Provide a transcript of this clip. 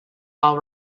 all